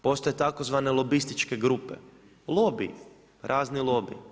Postoje tzv. lobističke grupe, lobiji, razni lobiji.